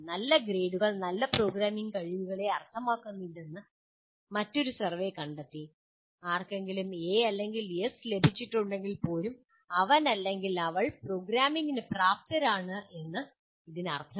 നല്ല ഗ്രേഡുകൾ നല്ല പ്രോഗ്രാമിംഗ് കഴിവുകളെ അർത്ഥമാക്കുന്നില്ലെന്ന് മറ്റൊരു സർവേ കണ്ടെത്തി ആർക്കെങ്കിലും എ അല്ലെങ്കിൽ എസ് ലഭിച്ചിട്ടുണ്ടെങ്കിൽപ്പോലും അവൻ അവൾ പ്രോഗ്രാമിംഗിന് പ്രാപ്തനാണെന്ന് ഇതിനർത്ഥമില്ല